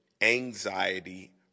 anxiety